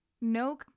No